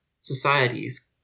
societies